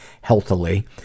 healthily